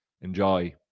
Enjoy